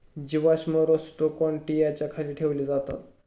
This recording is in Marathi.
जीवाश्म रोस्ट्रोकोन्टि याच्या खाली ठेवले जातात